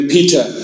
Peter